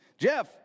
Jeff